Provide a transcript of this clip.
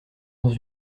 dans